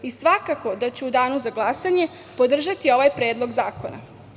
Svakako da ću u danu za glasanje podržati ovaj predlog zakona.